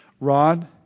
Rod